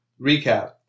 Recap